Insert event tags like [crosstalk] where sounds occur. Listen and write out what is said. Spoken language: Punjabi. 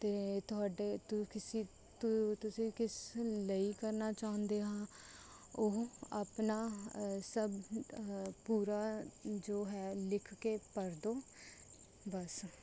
ਅਤੇ ਤੁਹਾਡੇ [unintelligible] ਤੁਸੀਂ ਕਿਸ ਲਈ ਕਰਨਾ ਚਾਹੁੰਦੇ ਹਾਂ ਉਹ ਆਪਣਾ ਸਭ ਪੂਰਾ ਜੋ ਹੈ ਲਿਖ ਕੇ ਭਰਦੋ ਬਸ